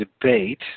debate